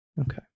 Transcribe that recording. Okay